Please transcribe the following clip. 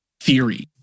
theory